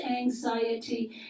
anxiety